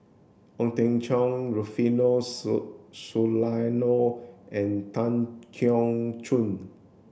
Ong Teng Cheong Rufino Soliano and Tan Keong Choon